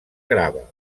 grava